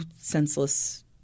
senseless